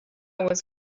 was